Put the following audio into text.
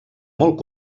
molt